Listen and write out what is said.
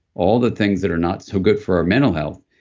all the things that are not so good for our mental health,